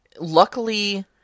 Luckily